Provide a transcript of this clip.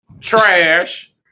trash